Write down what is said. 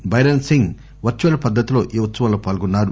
టైరెస్ Singh virtual పద్దతిలో ఈ ఉత్సవంలో పాల్గొన్నారు